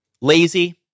lazy